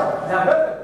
זה היה הרבה יותר טוב.